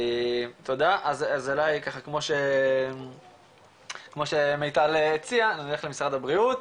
תודה אז אולי ככה כמו שמיטל הציעה נלך למשרד הבריאות,